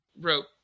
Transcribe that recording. rope